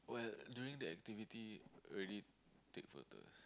well during the activity already take photos